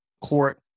court